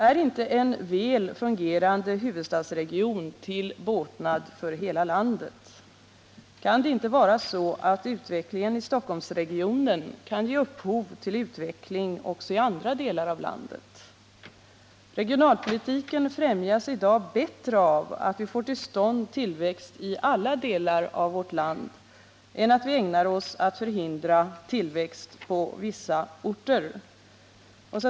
Är inte en väl fungerande huvudstadsregion till båtnad för hela landet? Kan det inte vara så att utvecklingen i Stockholmsregionen kan ge upphov till utveckling i andra delar av landet? Regionalpolitiken främjas i dag bättre av att vi får till stånd tillväxt i alla delar av vårt land än av att vi ägnar oss åt att förhindra tillväxt på vissa orter.